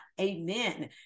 Amen